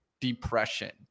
Depression